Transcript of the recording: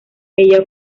ella